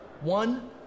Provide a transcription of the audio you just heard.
One